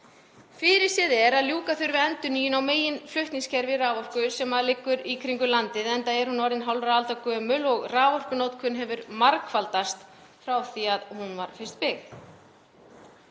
Fyrirséð er að ljúka þurfi endurnýjun á meginflutningskerfi raforku sem liggur í kringum landið enda er byggðalínan orðin hálfrar aldar gömul og raforkunotkun hefur margfaldast frá því að hún var byggð.